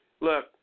Look